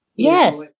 Yes